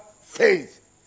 faith